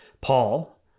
Paul